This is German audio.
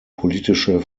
politische